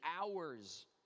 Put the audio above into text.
hours